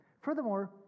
Furthermore